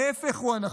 ההפך הוא הנכון.